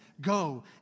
Go